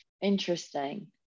Interesting